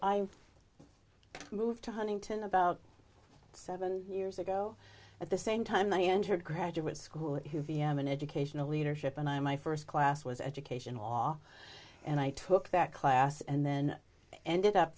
i moved to huntington about seven years ago at the same time i entered graduate school who v m an educational leadership and i in my first class was education law and i took that class and then ended up